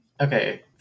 Okay